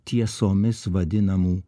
tiesomis vadinamų